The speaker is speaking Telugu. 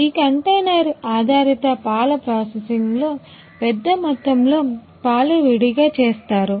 ఈ కంటైనర్ ఆధారిత పాల ప్రాసెసింగ్లో పెద్దమొత్తంలో పాలు విడిగా చేస్తారు